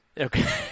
okay